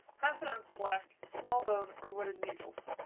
half an ounce black, small bone or wooden needles.